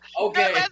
okay